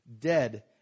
Dead